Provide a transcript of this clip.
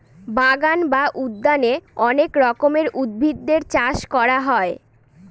বাগান বা উদ্যানে অনেক রকমের উদ্ভিদের চাষ করা হয়